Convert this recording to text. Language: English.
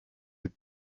had